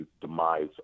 demise